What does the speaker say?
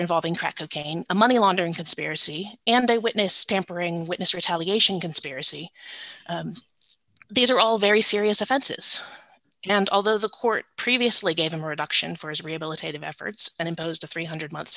involving crack cocaine a money laundering conspiracy and eye witness tampering witness retaliation conspiracy these are all very serious offenses and although the court previously gave him reduction for his rehabilitative efforts and imposed a three hundred month